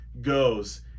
goes